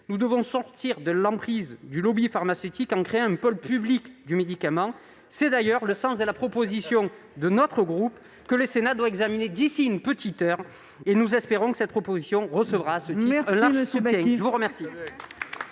nous devons sortir de l'emprise du lobby pharmaceutique, en créant un pôle public du médicament. Tel est d'ailleurs le sens de la proposition de notre groupe, que le Sénat doit examiner dans une petite heure. Nous espérons que cette proposition recevra un large soutien. La parole